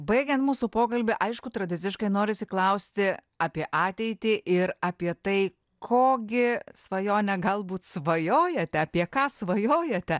baigiant mūsų pokalbį aišku tradiciškai norisi klausti apie ateitį ir apie tai ko gi svajone galbūt svajojate apie ką svajojate